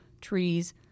trees